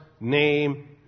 name